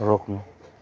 रोक्नु